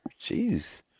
Jeez